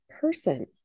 person